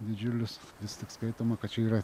didžiulius vis tik skaitoma kad čia yra tik